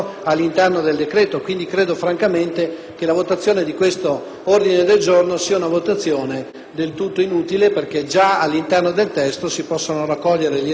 del tutto inutile, perché già all'interno del testo si possono raccogliere gli elementi sulla volontà del Governo che va in tal senso.